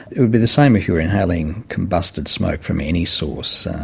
it would be the same if you were inhaling combusted smoke from any source.